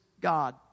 God